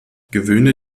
gewöhne